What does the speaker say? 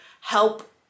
help